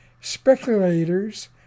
Speculators